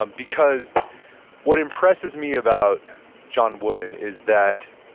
um because what impresses me about john wooden is that,